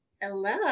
hello